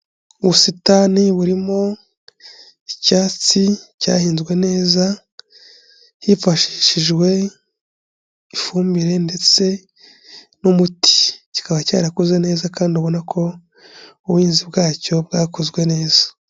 Ubusitani burimo icyatsi cyahinzwe neza, hifashishijwe ifumbire ndetse n'umuti. Kikaba cyarakoze neza kandi ubona ko ubuhinzi bwacyo bwakozwe neza.